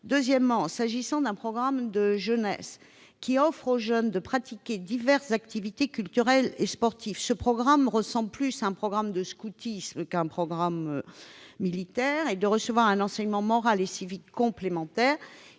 Ensuite, s'agissant d'un programme de jeunesse offrant aux jeunes de pratiquer diverses activités culturelles et sportives- cela ressemble plus au scoutisme qu'à une activité militaire -et de recevoir un enseignement moral et civique complémentaire,